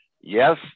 Yes